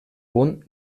punt